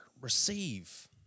receive